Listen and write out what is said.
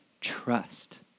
trust